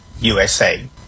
USA